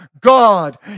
God